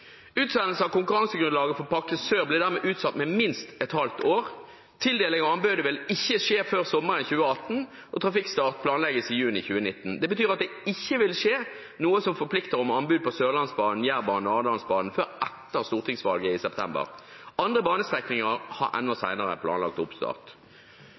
Utsendelse av konkurransegrunnlaget for trafikkpakke sør blir dermed utsatt med minst et halvt år. Tildeling av anbudet vil ikke skje før sommeren 2018, og trafikkstart planlegges i juni 2019. Det betyr at det ikke vil skje noe som forplikter om anbud på Sørlandsbanen, Jærbanen og Arendalsbanen før etter stortingsvalget i september. Andre banestrekninger har enda senere planlagt oppstart.